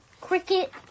Cricket